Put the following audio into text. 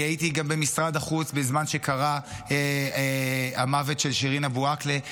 אני הייתי גם במשרד החוץ בזמן שקרה המוות של שירין אבו עאקלה.